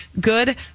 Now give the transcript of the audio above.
good